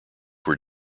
were